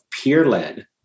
peer-led